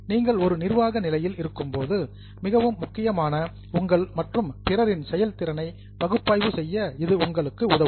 நீங்கள் ஒரு நிர்வாக நிலையில் இருக்கும்போது மிகவும் முக்கியமான உங்கள் மற்றும் பிறரின் செயல்திறனை பகுப்பாய்வு செய்ய இது உங்களுக்கு உதவும்